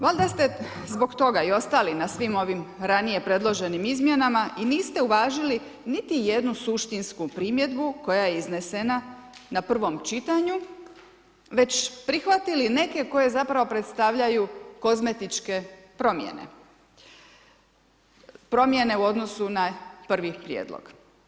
Valjda ste zbog toga i ostali na svim ovim ranije predloženim izmjenama i niste uvažili niti jednu suštinsku primjedbu koja je iznesena na prvom čitanju, već prihvatili neke koje zapravo predstavljaju kozmetičke promjene, promjene u odnosu na prvi prijedlog.